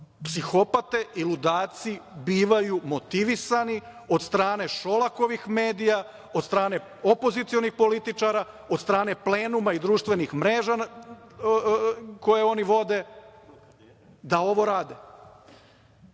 psihopate i ludaci bivaju motivisani od strane Šolakovih medija, od strane opozicionih političara, od strane plenuma i društvenih mreža koje oni vode, da ovo rade.